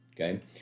okay